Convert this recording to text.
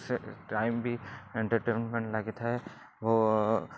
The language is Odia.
ସେ ଟାଇମ୍ ବି ଏଣ୍ଟରଟେନମେଣ୍ଟ ଲାଗିଥାଏ ଓ